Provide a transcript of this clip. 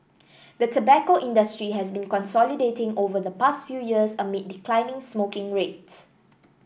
the tobacco industry has been consolidating over the past few years amid declining smoking rates